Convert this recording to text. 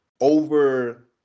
over